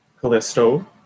Callisto